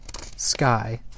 sky